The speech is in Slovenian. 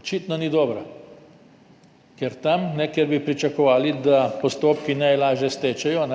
Očitno ni dobra. Ker tam, kjer bi pričakovali, da postopki najlažje stečejo,